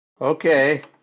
Okay